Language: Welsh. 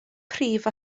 prif